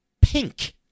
pink